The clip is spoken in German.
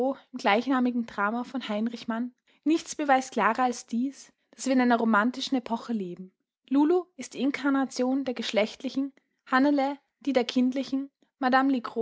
gleichnamigen drama von heinrich mann dies beweist daß wir in einer romantischen periode leben lulu ist die inkarnation der geschlechtlichen hannele die der kindlichen